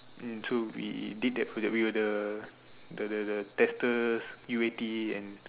mm so we did that for the we were the the the the testers U_A_T and